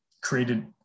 created